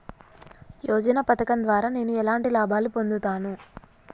యోజన పథకం ద్వారా నేను ఎలాంటి లాభాలు పొందుతాను?